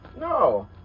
No